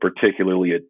particularly